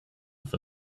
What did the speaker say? with